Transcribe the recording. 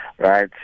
Right